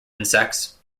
insects